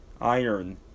Iron